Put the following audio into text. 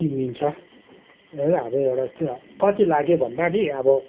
किनिदिन्छ एउटा यस्तो कति लाग्यो भन्दा नि अब